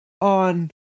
on